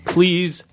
Please